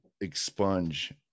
expunge